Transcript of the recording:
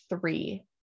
three